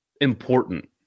important